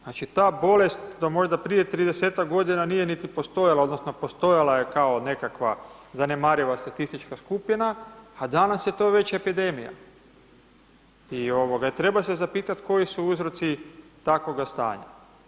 Znači ta bolest, do možda prije 30-ak godina nije niti postojala, odnosno postojala je kao nekakva zanemariva statistička skupina, a danas je to već epidemija, i, ovoga, i treba se zapitati koji su uzroci takvoga stanja.